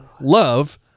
love